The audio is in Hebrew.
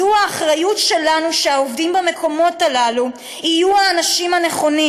זו אחריות שלנו שהעובדים במקומות הללו יהיו האנשים הנכונים.